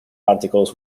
articles